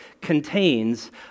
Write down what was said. contains